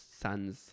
sons